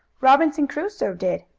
robinson crusoe did.